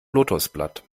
lotosblatt